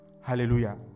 Hallelujah